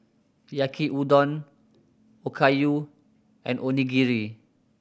Yaki Udon Okayu and Onigiri